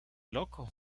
loco